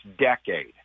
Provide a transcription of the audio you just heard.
decade